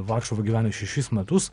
varšuvoj gyvena šešis metus